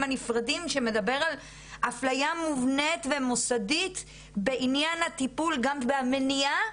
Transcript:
נפרדים שמדברים על אפליה מובנית ומוסדית בענין הטיפול והמניעה,